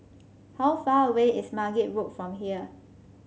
how far away is Margate Road from here